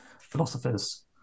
philosophers